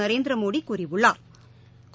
நரேந்திரமோடி கூறியுள்ளா்